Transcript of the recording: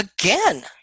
again